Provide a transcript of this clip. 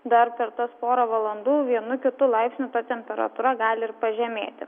dar per tas porą valandų vienu kitu laipsniu temperatūra gali ir pažemėti